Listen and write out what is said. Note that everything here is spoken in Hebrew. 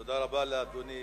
תודה רבה לאדוני,